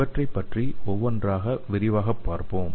இவற்றை பற்றி ஒவ்வொன்றாக விரிவாகப் பார்ப்போம்